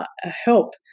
help